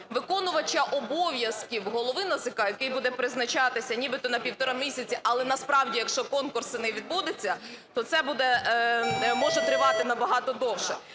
виконувача обов'язків Голови НАЗК, який буде призначатися нібито на півтора місяці, але насправді, якщо конкурсу не відбудеться, то це буде, може тривати набагато довше.